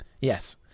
Yes